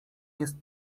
jest